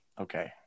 okay